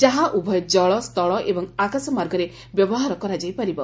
ଯାହା ଉଭୟ କଳ ସ୍ଚଳ ଏବଂ ଆକାଶ ମାର୍ଗରେ ବ୍ୟବହାର କରାଯାଇପାରିବ